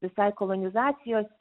visai kolonizacijos